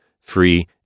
free